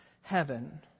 heaven